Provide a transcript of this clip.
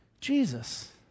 Jesus